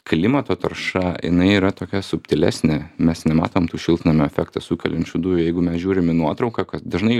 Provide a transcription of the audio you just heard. klimato tarša jinai yra tokia subtilesnė mes nematom tų šiltnamio efektą sukeliančių dujų jeigu mes žiūrim į nuotrauką kad dažnai